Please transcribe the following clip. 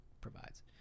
provides